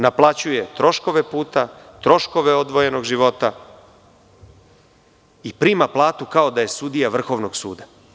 Naplaćuje troškove puta, troškove odvojenog života i prima platu kao da je sudija Vrhovnog suda.